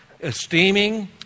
Esteeming